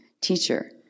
Teacher